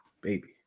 baby